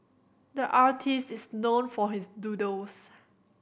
the artist is known for his doodles